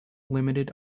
limited